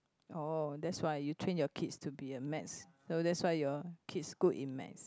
oh that's why you train your kids to be a maths~ so that's why your kids good in maths